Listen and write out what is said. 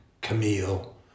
Camille